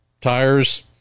tires